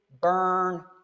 burn